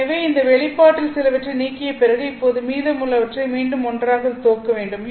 எனவே இந்த வெளிப்பாட்டில் சிலவற்றை நீக்கிய பிறகு இப்போது மீதமுள்ளவற்றை மீண்டும் ஒன்றாக தொகுக்க முடியும்